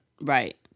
Right